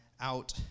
out